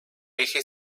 eje